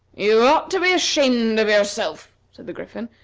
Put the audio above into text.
you ought to be ashamed of yourself, said the griffin.